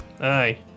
Aye